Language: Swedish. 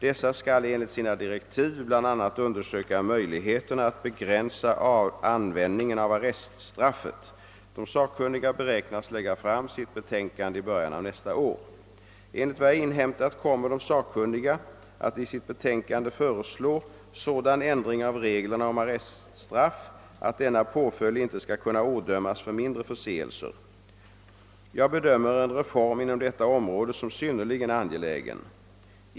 Dessa skall enligt sina direktiv bl.a. undersöka möjligheterna att begränsa användningen av arreststraffet. De sakkunniga beräknas lägga fram sitt betänkande i början av nästa år. Enligt vad jag har inhämtat kommer de sakkunniga att i sitt betänkande föreslå sådan ändring av reglerna om arreststraff, att denna påföljd inte skall kunna ådömas för mindre förseelser. Jag bedömer en reform inom detta område som synnerligen angelägen.